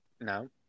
No